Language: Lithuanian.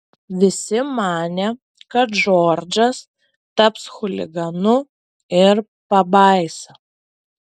visi manė kad džordžas taps chuliganu ir pabaisa